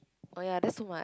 oh ya that's too much